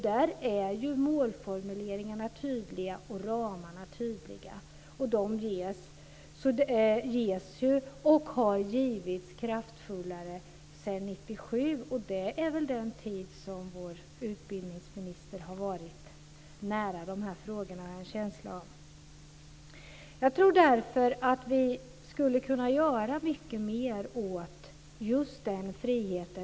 Där är ju målformuleringarna och ramarna tydliga. De ges och har givits kraftfullt sedan 1997. Det är väl under den tid som vår utbildningsminister har varit nära de här frågorna, har jag en känsla av. Jag tror därför att vi skulle kunna göra mycket mer när det gäller just den här friheten.